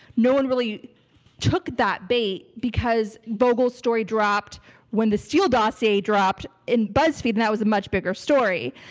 no one really took that bait, because vogel's story dropped when the steele dossier dropped in buzzfeed, and that was a much bigger story.